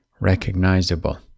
recognizable